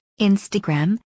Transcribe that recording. Instagram